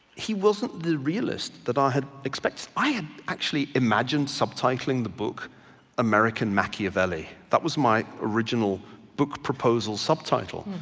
he wasn't the realist that i had expected. i had actually imagined subtitling the book american machiavelli. that was my original book proposal subtitle,